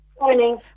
Morning